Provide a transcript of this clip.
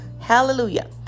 Hallelujah